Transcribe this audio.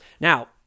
Now